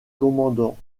commandant